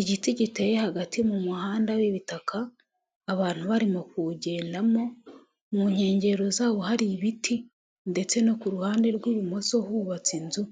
Igiti giteye hagati mu muhanda w'ibitaka abantu barimo kuwugendamo mu nyengero zawo hari ibiti ndetse no ku ruhande rw'ibumoso hubatse inzu